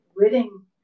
wedding